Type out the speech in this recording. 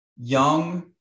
young